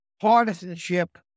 partisanship